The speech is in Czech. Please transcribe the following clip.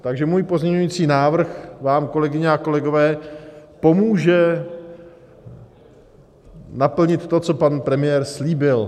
Takže můj pozměňovací návrh vám, kolegyně a kolegové, pomůže naplnit to, co pan premiér slíbil.